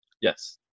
Yes